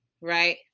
right